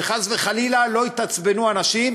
שחס וחלילה לא יתעצבנו אנשים.